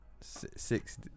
six